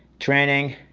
training,